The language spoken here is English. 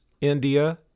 India